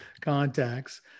contacts